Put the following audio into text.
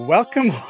Welcome